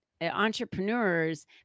Entrepreneurs